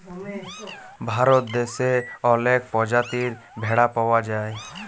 ভারত দ্যাশে অলেক পজাতির ভেড়া পাউয়া যায়